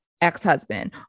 ex-husband